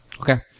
Okay